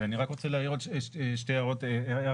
אני רק רוצה להעיר שתי הערות טכניות.